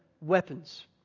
weapons